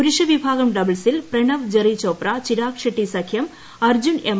പുരുഷ വിഭാഗം ഡബിൾസിൽ പ്രണവ് ജെറിചോപ്ര ചിരാക് ഷെട്ടി സഖ്യം അർജ്ജുൻ എം